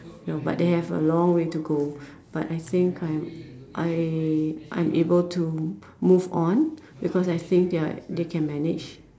no but they have a long way to go but I think I'm I I'm able to move on because I think they are they can manage